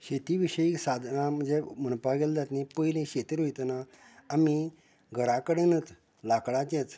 शेती विशयी साधनां म्हणजे म्हणपाक गेलें जायत न्ही पयलें शेती रोयतना आमी घरां कडेनच लांकडांचेच